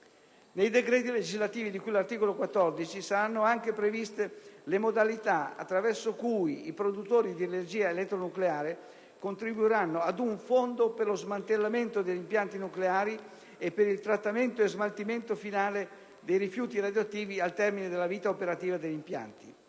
Nei decreti legislativi di cui all'articolo 14 saranno altresì previste le modalità attraverso cui i produttori di energia elettronucleare contribuiranno ad un fondo per lo smantellamento degli impianti nucleari e per il trattamento e smaltimento finale di rifiuti radioattivi al termine della vita operativa degli impianti.